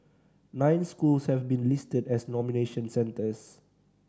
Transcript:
nine schools have been listed as nomination centres